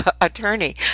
attorney